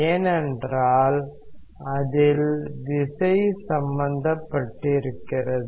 ஏனென்றால் அதில் விசை சம்பந்தப்பட்டிருக்கிறது